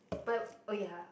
but oh ya